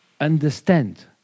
understand